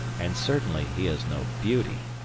and certainly he is no beauty.